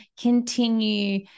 continue